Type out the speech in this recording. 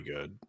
good